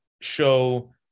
show